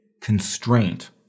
constraint